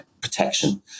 protection